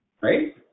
right